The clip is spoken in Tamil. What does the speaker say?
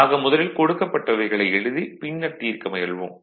ஆக முதலில் கொடுக்கப்பட்டவைகளை எழுதி பின்னர் தீர்க்க முயல்வோம்